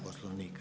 Poslovnika.